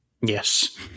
Yes